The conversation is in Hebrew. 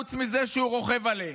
חוץ מזה שהוא רוכב עליהם?